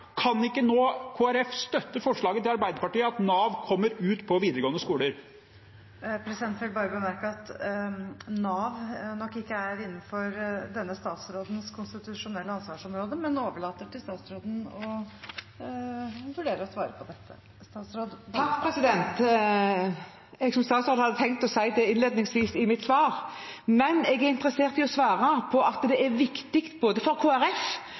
Kan ikke Kristelig Folkeparti nå støtte forslaget til Arbeiderpartiet om at Nav kommer ut på videregående skoler? Presidenten vil bemerke at Nav nok ikke er innenfor denne statsrådens konstitusjonelle ansvarsområde, men overlater til statsråden å vurdere å svare på dette. Som statsråd hadde jeg tenkt å si det innledningsvis i mitt svar, men jeg er interessert i å svare. Det er viktig for Kristelig Folkeparti, og jeg har sittet på Stortinget som representant, men det er også viktig for